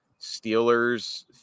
Steelers